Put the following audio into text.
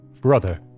Brother